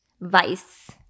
vice